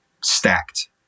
stacked